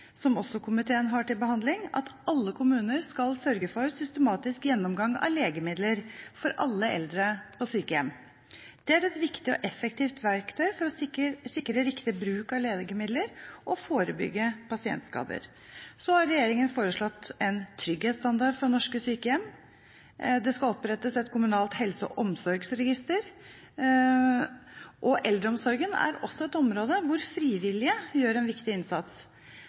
som komiteen også har til behandling, at alle kommuner skal sørge for systematisk gjennomgang av legemidler for alle eldre på sykehjem. Det er et viktig og effektivt verktøy for å sikre riktig bruk av legemidler og forebygge pasientskader. Så har regjeringen foreslått en trygghetsstandard for norske sykehjem. Det skal opprettes et kommunalt helse- og omsorgsregister, og eldreomsorgen er også et område hvor frivillige gjør en viktig innsats.